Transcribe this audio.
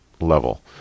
level